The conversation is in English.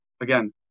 Again